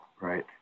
right